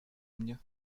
mnie